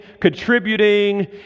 contributing